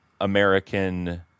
American